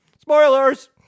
Spoilers